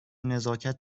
نزاکت